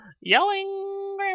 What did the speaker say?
Yelling